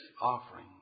offering